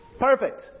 Perfect